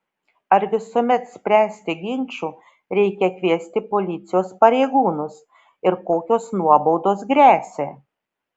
ar visuomet spręsti ginčų reikia kviesti policijos pareigūnus ir kokios nuobaudos gresia